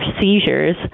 seizures